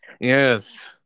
Yes